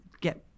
get